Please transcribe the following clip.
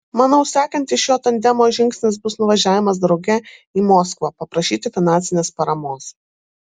manau sekantis šio tandemo žingsnis bus nuvažiavimas drauge į moskvą paprašyti finansinės paramos